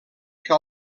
que